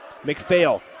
McPhail